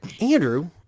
Andrew